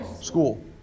School